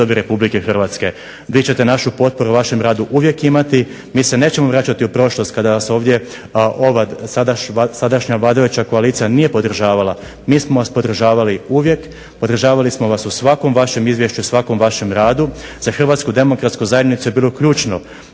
Hrvatske demokratske zajednice svojim zaključkom